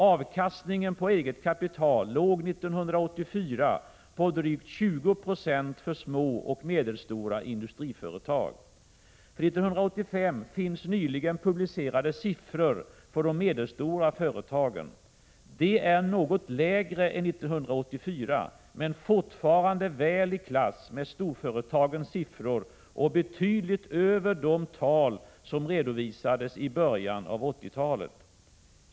Avkastningen på eget kapital låg 1984 på drygt 20 96 för små och medelstora industriföretag. För 1985 finns nyligen publicerade siffror för de medelstora företagen. De är något lägre än 1984, men fortfarande väl i klass med storföretagens siffror och betydligt över de tal som redovisades i början av 1980-talet.